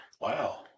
Wow